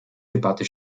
debatte